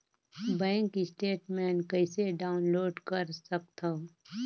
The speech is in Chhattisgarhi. बैंक स्टेटमेंट कइसे डाउनलोड कर सकथव?